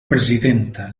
presidenta